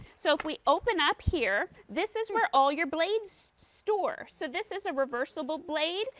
so if we open up here, this is where all your blades store. so this is a reversible blade.